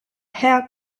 herr